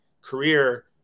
career